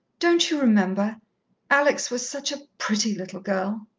don't you remember alex was such a pretty little girl!